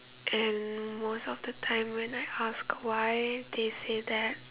and most of the time when I ask why they say that